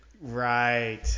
Right